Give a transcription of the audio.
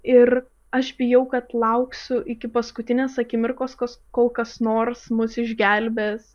ir aš bijau kad lauksiu iki paskutinės akimirkos kol kas nors mus išgelbės